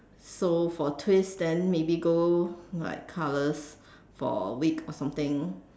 so for twist then maybe go like carless for a week or something